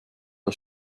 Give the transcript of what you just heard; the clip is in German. der